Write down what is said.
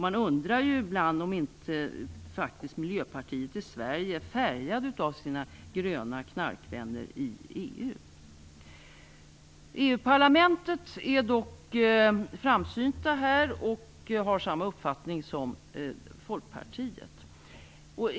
Man undrar ju ibland om inte Miljöpartiet i Sverige faktiskt är färgat av sina gröna knarkvänner i EU. I EU-parlamentet är man dock framsynt här och har samma uppfattning som Folkpartiet.